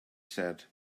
said